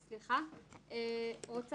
אנחנו